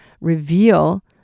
reveal